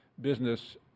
business